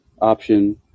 option